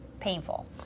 painful